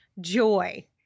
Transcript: joy